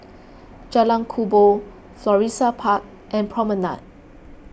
Jalan Kubor Florissa Park and Promenade